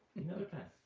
another pen.